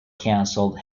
cancelled